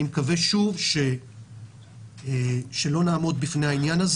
אני מקווה שלא נעמוד בפני העניין.